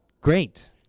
Great